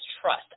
trust